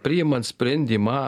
priimant sprendimą